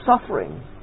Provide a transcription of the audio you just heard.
suffering